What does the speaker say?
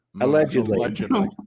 Allegedly